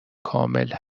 کامل